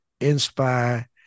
inspire